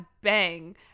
bang